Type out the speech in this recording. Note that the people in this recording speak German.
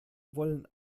wollen